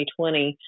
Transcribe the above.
2020